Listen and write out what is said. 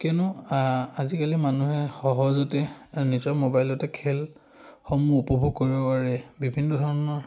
কিয়নো আজিকালি মানুহে সহজতে নিজৰ মোবাইলতে খেলসমূহ উপভোগ কৰিব পাৰে বিভিন্ন ধৰণৰ